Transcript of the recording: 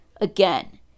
again